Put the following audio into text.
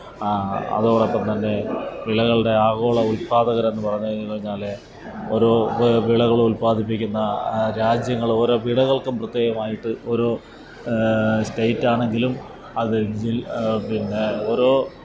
അതോടൊപ്പം തന്നെ വിളകളുടെ ആഗോള ഉത്പാദകരെന്ന് പറഞ്ഞ് കഴിഞ്ഞാൽ ഓരോ വിളകളും ഉത്പാദിപ്പിക്കുന്ന രാജ്യങ്ങൾ ഓരോ വിളകള്ക്കും പ്രത്യേകമായിട്ട് ഓരോ സ്റ്റേറ്റ് ആണെങ്കിലും അത് ജില് പിന്നെ ഓരോ